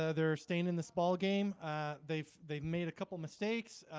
ah they're staying in this ball game they've they've made a couple mistakes.